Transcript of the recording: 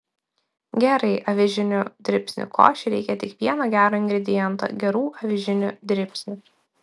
gerai avižinių dribsnių košei reikia tik vieno gero ingrediento gerų avižinių dribsnių